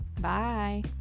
Bye